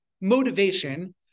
motivation